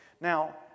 Now